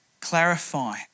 clarify